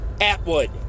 Atwood